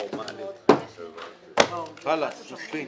חאלס, מספיק.